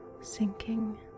sinking